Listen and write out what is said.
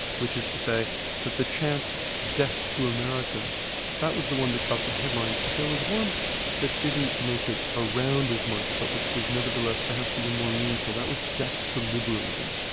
which is to say that the chant death to america that was the one that got the headlines, but there was one that didn't make it around as much but which was nevertheless perhaps even more meaningful that was death to liberalism.